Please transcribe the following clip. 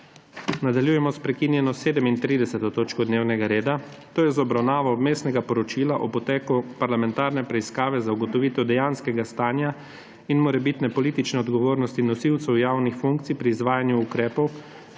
Nadaljujemo s prekinjeno 37. točko dnevnega reda, to je z obravnavo Vmesnega poročila o poteku parlamentarne preiskave za ugotovitev dejanskega stanja in morebitne politične odgovornosti nosilcev javnih funkcij pri izvajanju ukrepov,